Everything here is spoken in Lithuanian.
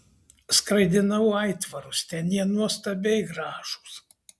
skraidinau aitvarus ten jie nuostabiai gražūs